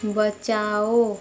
बचाओ